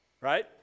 right